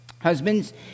Husbands